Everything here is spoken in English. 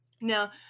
now